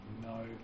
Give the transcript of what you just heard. no